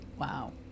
Wow